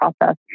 process